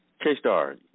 K-Star